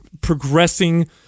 progressing